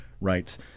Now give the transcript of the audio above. rights